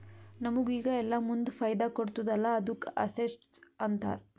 ನಮುಗ್ ಈಗ ಇಲ್ಲಾ ಮುಂದ್ ಫೈದಾ ಕೊಡ್ತುದ್ ಅಲ್ಲಾ ಅದ್ದುಕ ಅಸೆಟ್ಸ್ ಅಂತಾರ್